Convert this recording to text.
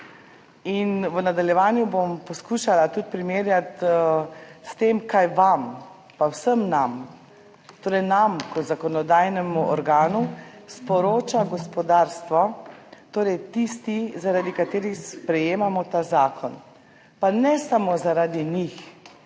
V nadaljevanju bom poskušala tudi primerjati s tem, kaj vam in vsem nam, torej nam kot zakonodajnemu organu, sporoča gospodarstvo, torej tisti, zaradi katerih sprejemamo ta zakon. Pa ne samo zaradi njih,